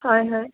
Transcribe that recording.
হয় হয়